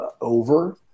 over